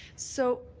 so